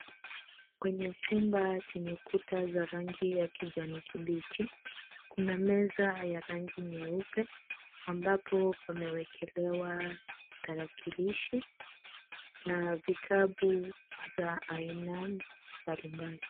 Kwenye chumba chenye kuta za rangi ya kijani kibichi, kuna meza ya rangi nyeupe ambapo pamewekelewa tarakilishi na vitabu za aina mbalimbali.